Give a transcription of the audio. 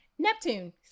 Neptune